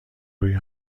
روی